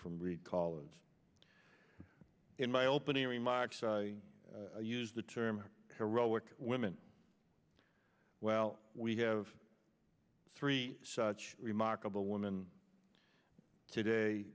from recall and in my opening remarks i used the term heroic women well we have three such remarkable women today